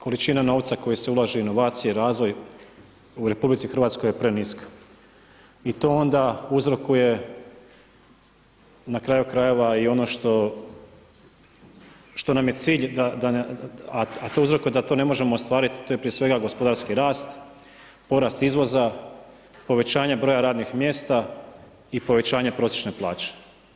Količina novca koji se ulaže u inovacije i razvoj u RH je preniska i to onda uzrokuje na kraju krajeva i ono što nam je cilj, a to uzrokuje da ne možemo ostvariti prije svega gospodarski rast, porast izvoza, povećanje broja radnih mjesta i povećanje prosječne plaće.